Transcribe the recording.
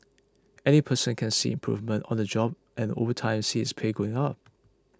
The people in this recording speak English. any person can see improvement on the job and over time see his pay going up